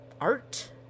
art